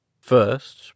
First